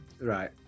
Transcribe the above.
Right